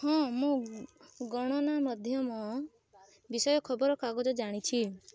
ହଁ ମୁଁ ଗଣନା ମଧ୍ୟମ ବିଷୟ ଖବର କାଗଜ ଜାଣିଛି